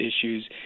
issues